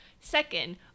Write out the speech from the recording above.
Second